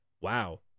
Wow